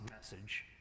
message